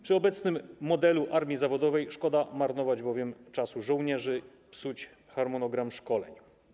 Przy obecnym modelu armii zawodowej szkoda marnować bowiem czas żołnierzy, psuć harmonogram szkoleń.